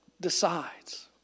decides